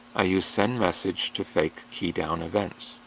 i use sendmessage to fake keydown events.